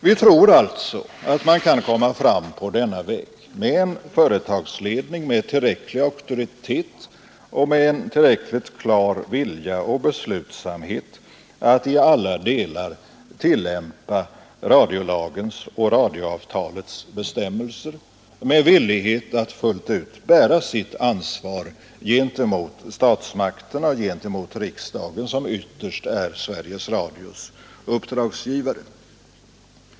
Vi tror alltså på att man kan komma fram på denna väg, med en företagsledning med tillräcklig auktoritet och med tillräcklig vilja och beslutsamhet att i alla delar tillämpa radiolagens och radioavtalets bestämmelser, med villighet att fullt ut bära sitt ansvar gentemot statsmakterna och gentemot riksdagen, som ytterst är Sveriges Radios uppdragsgivare.